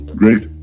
great